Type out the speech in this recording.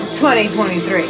2023